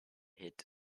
hid